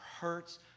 hurts